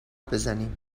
بزنیم